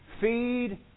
feed